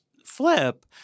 Flip